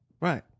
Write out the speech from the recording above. Right